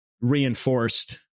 reinforced